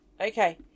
Okay